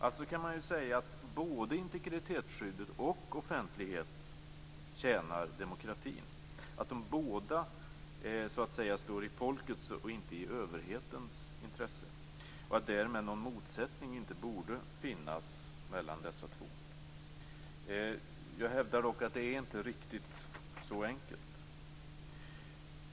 Alltså kan man säga att både integritetsskyddet och offentlighet tjänar demokratin, att de båda så att säga står i folkets och inte i överhetens intresse och att någon motsättning därmed inte borde finnas mellan dessa två. Jag hävdar dock att det inte är riktigt så enkelt.